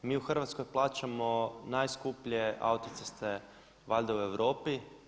Mi u Hrvatskoj plaćamo najskuplje autoceste valjda u Europi.